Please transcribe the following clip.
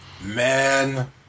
Man